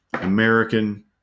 American